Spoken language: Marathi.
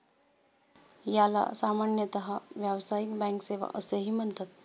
याला सामान्यतः व्यावसायिक बँक सेवा असेही म्हणतात